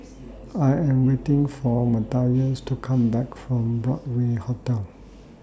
I Am waiting For Mathias to Come Back from Broadway Hotel